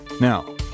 Now